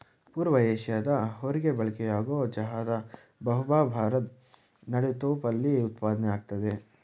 ಪೂರ್ವ ಏಷ್ಯಾದ ಹೊರ್ಗೆ ಬಳಕೆಯಾಗೊ ಚಹಾದ ಬಹುಭಾ ಭಾರದ್ ನೆಡುತೋಪಲ್ಲಿ ಉತ್ಪಾದ್ನೆ ಆಗ್ತದೆ